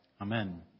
Amen